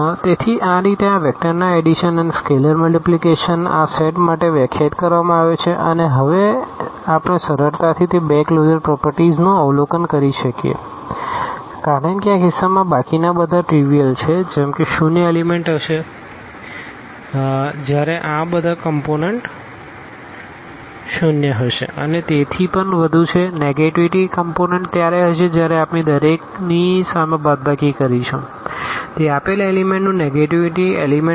તેથી આ રીતે આ વેક્ટરના એડીશન અને સ્કેલર મલ્ટીપ્લીકેશન આ સેટ માટે વ્યાખ્યાયિત કરવામાં આવ્યો છે અને આપણે હવે સરળતાથી તે બે કલોઝર પ્રોપરટીઝ નું અવલોકન કરી શકીએ છીએ કારણ કે આ કિસ્સામાં બાકીના બધા ટ્રીવીઅલછે જેમ કે શૂન્ય એલીમેન્ટ હશે જ્યારે આ બધા કમપોનન્ટ શૂન્ય હશે અને તેથી પણ વધુ છે નેગેટીવીટી કમપોનન્ટ ત્યારે હશે જ્યારે આપણે દરેકની સામે બાદબાકી કરીશું તે આપેલ એલીમેન્ટનું નેગેટીવીટી એલીમેન્ટ હશે